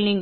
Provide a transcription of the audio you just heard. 2